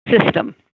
system